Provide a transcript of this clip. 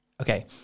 Okay